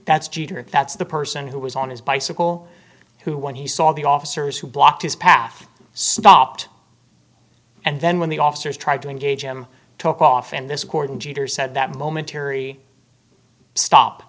that's jeter that's the person who was on his bicycle who when he saw the officers who blocked his path stopped and then when the officers tried to engage him took off and this according jeter said that momentary stop